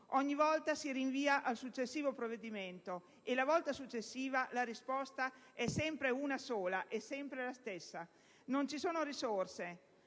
Ogni volta si rinvia al successivo provvedimento e la volta successiva la risposta è sempre una sola, e sempre la stessa: non ci sono risorse.